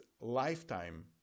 lifetime